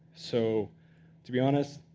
so to be honest,